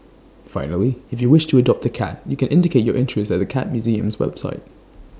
finally if you wish to adopt A cat you can indicate your interest at the cat museum's website